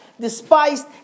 despised